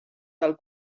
del